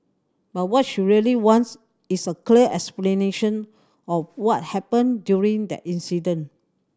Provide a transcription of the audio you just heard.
but what she really wants is a clear explanation of what happened during that incident